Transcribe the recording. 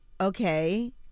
Okay